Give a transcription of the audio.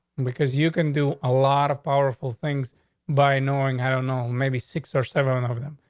because you can do a lot of powerful things by knowing, i don't know, maybe six or seven of them.